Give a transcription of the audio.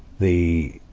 the,